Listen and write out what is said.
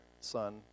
son